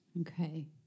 Okay